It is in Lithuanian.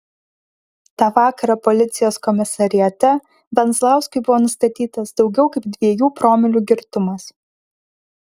tą vakarą policijos komisariate venzlauskui buvo nustatytas daugiau kaip dviejų promilių girtumas